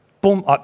Boom